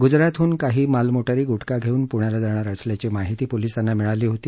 गुजरातहून काही मालमोटारी गुटखा घेऊन पुण्याला जाणार असल्याची माहिती पोलिसांना मिळाली होती